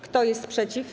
Kto jest przeciw?